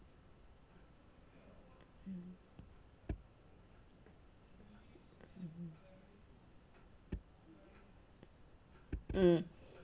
mm mmhmm mm